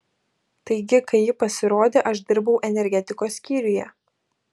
taigi kai ji pasirodė aš dirbau energetikos skyriuje